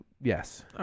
yes